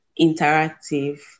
interactive